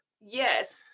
Yes